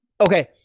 Okay